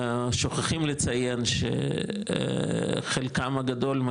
שוכחים לציין שחלקם הגדול,